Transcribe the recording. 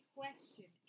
question